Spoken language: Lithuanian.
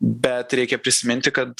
bet reikia prisiminti kad